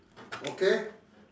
okay